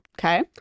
Okay